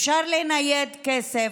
אפשר לנייד כסף.